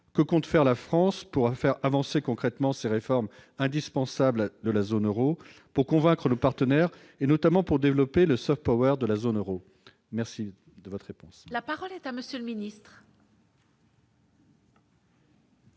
que compte faire la France pourra faire avancer concrètement ces réformes indispensables de la zone Euro pour convaincre nos partenaires, et notamment pour développer le soft power de la zone Euro, merci de votre réponse. La parole est à monsieur le ministre.